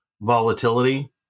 volatility